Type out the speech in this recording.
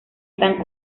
están